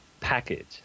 package